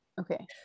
okay